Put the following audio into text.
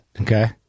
Okay